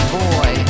boy